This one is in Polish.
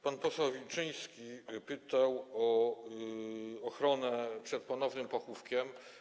Pan poseł Wilczyński pytał o ochronę przed ponownym pochówkiem.